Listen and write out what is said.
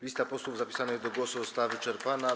Lista posłów zapisanych do głosu została wyczerpana.